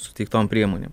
suteiktom priemonėm